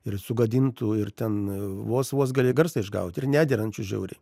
ir sugadintų ir ten vos vos gali garsą išgauti ir nederančių žiauriai